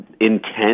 intent